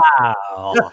wow